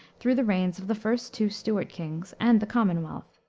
through the reigns of the first two stuart kings and the commonwealth.